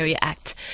Act